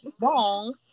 wrong